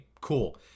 Cool